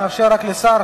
נאפשר רק לשר